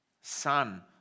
son